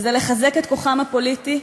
וזה לחזק את כוחם הפוליטי,